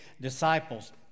disciples